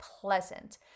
pleasant